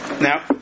Now